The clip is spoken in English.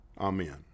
Amen